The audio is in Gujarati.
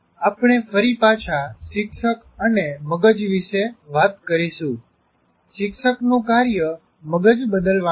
આપણે ફરી પાછા શિક્ષક અને મગજ વિશે વાત કરીશું શિક્ષકનું કાર્ય મગજ બદલવાનું છે